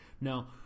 now